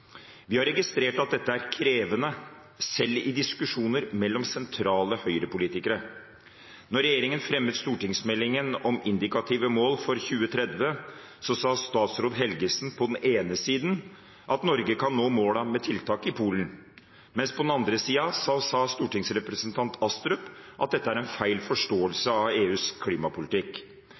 Vi har registrert at dette er krevende selv i diskusjoner mellom sentrale Høyre-politikere. Da regjeringen fremmet stortingsmeldingen om indikative mål for 2030, sa statsråd Helgesen på den ene siden at Norge kan nå målene med tiltak i Polen. På den andre siden sa stortingsrepresentant Astrup at dette er en feil forståelse av EUs klimapolitikk.